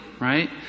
right